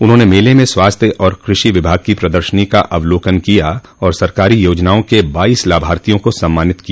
उन्होंने मेले में स्वास्थ्य और कृषि विभाग की प्रदर्शनी का अवलोकन किया और सरकारी योजनाओं के बाइस लाभार्थियों को सम्मानित किया